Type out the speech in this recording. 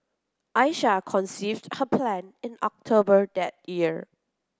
Aisha conceived her plan in October that year